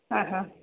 ആ ഹാ